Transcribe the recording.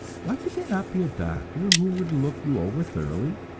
why could there not be a doctor who would look you over thoroughly,